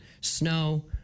snow